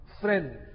Friend